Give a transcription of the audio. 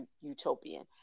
utopian